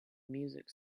music